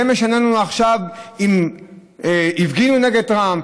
זה משנה לנו עכשיו אם הפגינו נגד טראמפ?